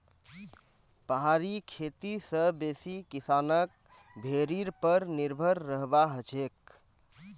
पहाड़ी खेती स बेसी किसानक भेड़ीर पर निर्भर रहबा हछेक